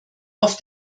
auf